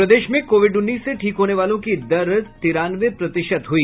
और प्रदेश में कोविड उन्नीस से ठीक होने वालों की दर तिरानवे प्रतिशत हुई